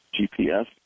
GPS